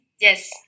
Yes